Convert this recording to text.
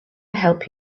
help